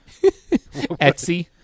Etsy